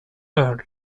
earl